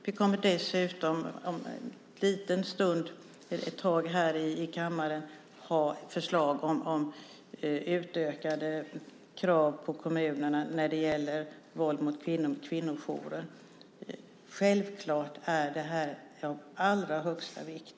Vi kommer dessutom om ett litet tag här i kammaren att ha ett förslag om utökade krav på kommunerna när det gäller våld mot kvinnor och kvinnojourer. Det är självklart av allra största vikt.